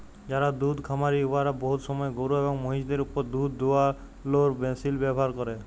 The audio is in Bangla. যারা দুহুদ খামারি উয়ারা বহুত সময় গরু এবং মহিষদের উপর দুহুদ দুয়ালোর মেশিল ব্যাভার ক্যরে